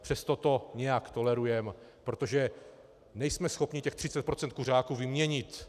Přesto to nějak tolerujeme, protože nejsme schopni těch 30 % kuřáků vyměnit.